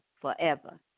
forever